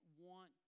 want